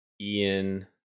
Ian